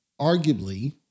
arguably